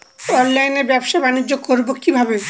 অনলাইনে ব্যবসা বানিজ্য করব কিভাবে?